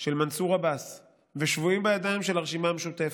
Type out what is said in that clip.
של מנסור עבאס ושבויים בידיים של הרשימה המשותפת,